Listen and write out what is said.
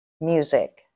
music